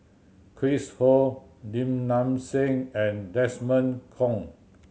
Chris Ho Lim Nang Seng and Desmond Kon